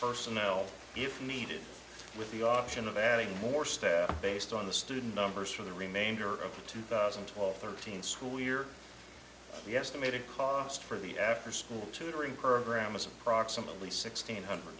personnel if needed with the option of adding more staff based on the student numbers for the remainder of the two thousand and twelve thirteen school year the estimated cost for the after school tutoring program is approximately sixteen hundred